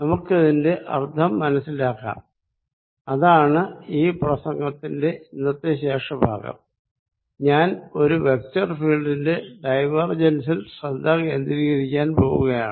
നമുക്കിതിന്റെ അർഥം മനസിലാക്കാം അതാണ് ഈ പ്രസംഗത്തിന്റെ ഇന്നത്തെ ശേഷഭാഗം ഞാൻ ഒരു വെക്ടർ ഫീൽഡിന്റെ ഡൈവർജൻസിൽ ശ്രദ്ധ കേന്ദ്രീകരിക്കാൻ പോകയാണ്